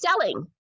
selling